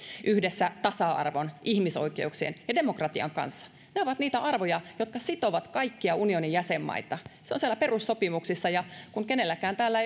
yhdessä tasa arvon ihmisoikeuksien ja demokratian kanssa ne ovat niitä arvoja jotka sitovat kaikkia unionin jäsenmaita se on siellä perussopimuksissa ja kun kenelläkään täällä